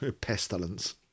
Pestilence